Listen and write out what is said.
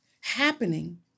happening